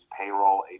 payroll